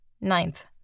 Ninth